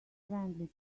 friendly